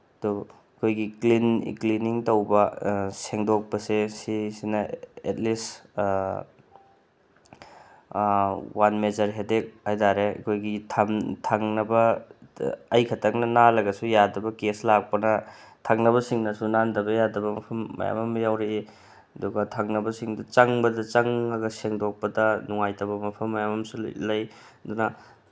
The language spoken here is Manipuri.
ꯑꯗꯨ ꯑꯩꯈꯣꯏꯒꯤ ꯀ꯭ꯂꯤꯅꯤꯡ ꯇꯧꯕ ꯁꯦꯡꯗꯣꯛꯄꯁꯦ ꯁꯤꯁꯤꯅ ꯑꯦꯠꯂꯤꯁ ꯋꯥꯟ ꯃꯦꯖꯔ ꯍꯦꯗꯦꯛ ꯍꯥꯏꯇꯥꯔꯦ ꯑꯩꯈꯣꯏꯒꯤ ꯊꯪꯅꯕ ꯑꯩ ꯈꯛꯇꯪꯅ ꯅꯥꯜꯂꯒꯁꯨ ꯌꯥꯗꯕ ꯀꯦꯁ ꯂꯥꯛꯄꯅ ꯊꯪꯅꯕꯁꯤꯡꯅꯁꯨ ꯅꯥꯟꯗꯕ ꯌꯥꯗꯕ ꯃꯐꯝ ꯃꯌꯥꯝ ꯑꯃ ꯌꯥꯎꯛꯔꯤ ꯑꯗꯨꯒ ꯊꯪꯅꯕꯁꯤꯡꯗ ꯆꯪꯕꯗ ꯆꯪꯉꯒ ꯁꯦꯡꯗꯣꯛꯄꯗ ꯅꯨꯡꯉꯥꯏꯇꯕ ꯃꯐꯝ ꯃꯌꯥꯝ ꯑꯃꯁꯨ ꯂꯩ ꯑꯗꯨꯅ